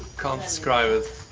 cant describe it.